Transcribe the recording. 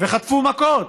וחטפו מכות